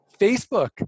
Facebook